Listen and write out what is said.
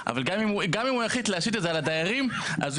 אבל גם אם הוא יחליט להשית את זה על הדיירים הוא